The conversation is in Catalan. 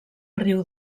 riu